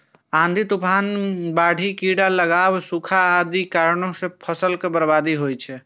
आंधी, तूफान, बाढ़ि, कीड़ा लागब, सूखा आदिक कारणें फसलक बर्बादी होइ छै